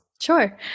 sure